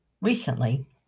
Recently